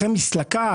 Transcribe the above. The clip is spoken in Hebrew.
אחרי מסלקה,